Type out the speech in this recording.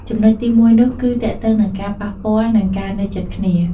ចំណុចទីមួយនោះ គឺទាក់ទងនឹងការប៉ះពាល់ និងការនៅជិតគ្នា។